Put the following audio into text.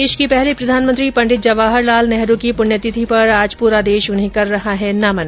देश के पहले प्रधानमंत्री पंडित जवाहर लाल नेहरू की पुण्यतिथि पर आज पूरा देश उन्हें कर रहा है नमन